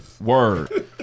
word